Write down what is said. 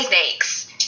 Snakes